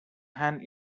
hand